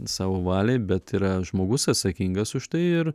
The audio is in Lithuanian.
savo valiai bet yra žmogus atsakingas už tai ir